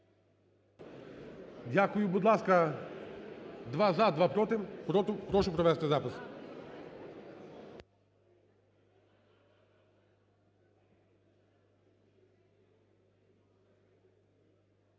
Дякую. Будь ласка: два – за, два – проти. Прошу провести запис.